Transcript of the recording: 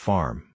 Farm